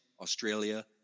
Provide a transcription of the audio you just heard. Australia